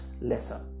lesser